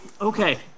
Okay